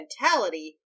mentality